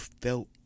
felt